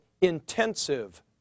intensive